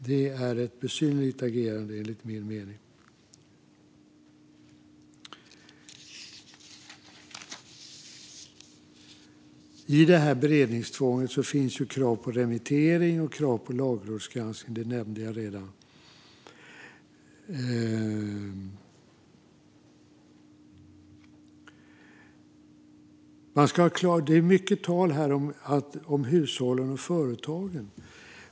Det är enligt min mening ett besynnerligt agerande. I detta beredningstvång finns krav på remittering och krav på lagrådsgranskning. Det har jag redan nämnt. Det är mycket tal här om hushållen och företagen.